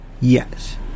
yes